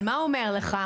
אבל מה הוא אומר לך,